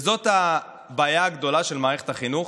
זו הבעיה הגדולה של מערכת החינוך.